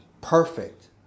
perfect